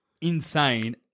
insane